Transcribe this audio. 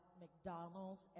McDonald's